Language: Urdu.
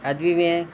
ابھی میں